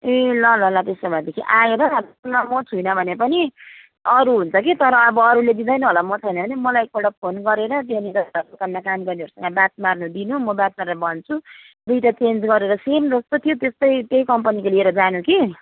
ए ल ल ल त्यसो भएदेखि आएर दोकानमा म छुइनँ भने पनि अरू हुन्छ कि तर अब अरूले दिँदैन होला म छैन भने मलाई एकपल्ट फोन गरेर त्यहाँनिर दोकानमा काम गर्नेहरूसँग बात मार्न दिनु म बात मारेर भन्छु दुईवटा चेन्ज गरेर सेम जस्तो थियो त्यस्तै त्यही कम्पनीको लिएर जानु कि